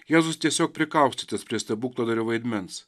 jėzus tiesiog prikaustytas prie stebukladario vaidmens